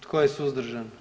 Tko je suzdržan?